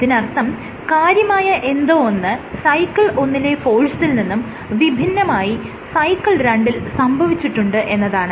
ഇതിനർത്ഥം കാര്യമായ എന്തോ ഒന്ന് സൈക്കിൾ ഒന്നിലെ ഫോഴ്സിൽ നിന്നും വിഭിന്നമായി സൈക്കിൾ രണ്ടിൽ സംഭവിച്ചിട്ടുണ്ട് എന്നതാണ്